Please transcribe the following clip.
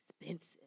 expensive